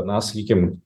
na sakykim